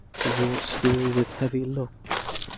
towards school with heavy looks.